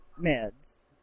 meds